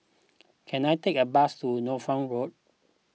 can I take a bus to Norfolk Road